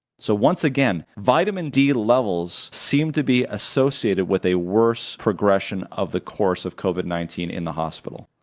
so once again, vitamin d levels seem to be associated with a worse progression of the course of covid nineteen in the hospital.